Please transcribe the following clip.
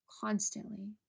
constantly